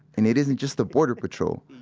and it isn't just the border patrol.